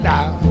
Now